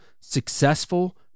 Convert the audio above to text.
successful